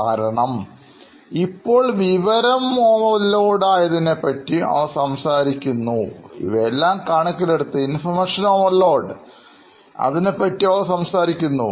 കാരണം ഇപ്പോൾ വിവരം ഓവർലോഡ് ആയതിനെ കുറിച്ചും അവർ സംസാരിക്കുന്നു